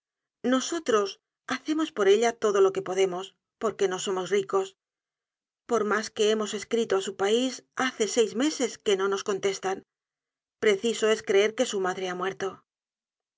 nosotros hacemos por ella lo que podemos porque no somos ricos por mas que hemos escrito á su pais hace seis meses que no nos contestan preciso es creer que su madre ha muerto